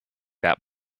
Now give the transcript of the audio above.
that